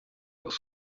myaka